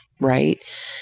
Right